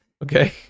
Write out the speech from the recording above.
Okay